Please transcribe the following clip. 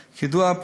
כידוע,